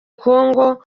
congo